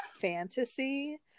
fantasy